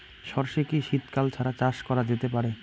সর্ষে কি শীত কাল ছাড়া চাষ করা যেতে পারে?